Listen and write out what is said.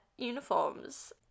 uniforms